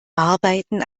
arbeiten